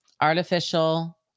Artificial